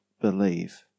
believe